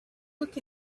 look